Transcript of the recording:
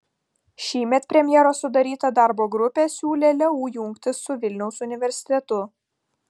šįmet premjero sudaryta darbo grupė siūlė leu jungtis su vilniaus universitetu